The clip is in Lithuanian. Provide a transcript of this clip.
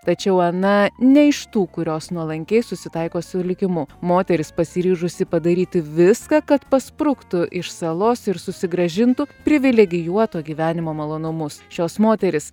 tačiau ana ne iš tų kurios nuolankiai susitaiko su likimu moteris pasiryžusi padaryti viską kad paspruktų iš salos ir susigrąžintų privilegijuoto gyvenimo malonumus šios moterys